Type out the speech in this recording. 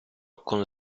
con